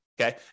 Okay